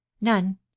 none